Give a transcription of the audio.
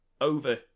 over